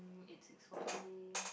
it's it's four A_M